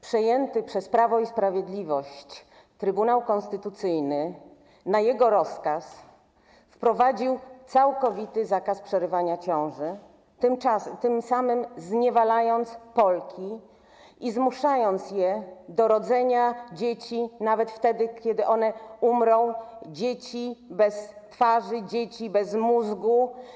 Przejęty przez Prawo i Sprawiedliwość Trybunał Konstytucyjny na jego rozkaz wprowadził całkowity zakaz przerywania ciąży, tym samym zniewalając Polki i zmuszając je do rodzenia dzieci nawet wtedy, kiedy one umrą, dzieci bez twarzy, dzieci bez mózgu.